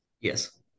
Yes